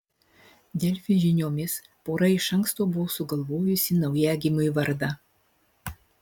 delfi žiniomis pora iš anksto buvo sugalvojusi naujagimiui vardą